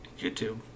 YouTube